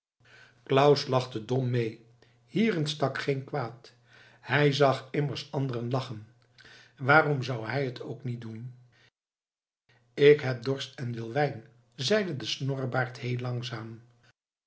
dom mee hierin stak geen kwaad hij zag immers anderen lachen waarom zou hij het nu ook niet doen ik heb dorst en wil wijn zeide de snorrebaard heel langzaam